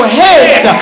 head